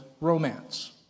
romance